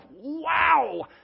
wow